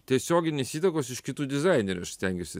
tiesioginės įtakos iš kitų dizainerių aš stengiuosi